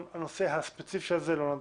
הנושא הספציפי הזה לא נדון.